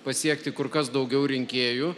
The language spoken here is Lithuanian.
pasiekti kur kas daugiau rinkėjų